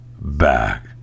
back